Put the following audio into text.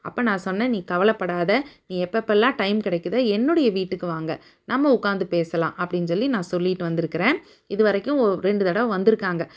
அப்போ நான் சொன்னேன் நீ கவலைப்படாத நீ எப்போப்பெல்லாம் டைம் கிடைக்கிதோ என்னுடைய வீட்டுக்கு வாங்க நம்ம உட்காந்து பேசலாம் அப்படின்னு சொல்லி நான் சொல்லிவிட்டு வந்துருக்கிறேன் இது வரைக்கும் ரெண்டு தடவை வந்துருக்காங்க